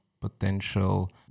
potential